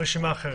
רשימה אחרת.